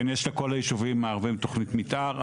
כן, יש לכל הישובים הערבים תכנית מתאר.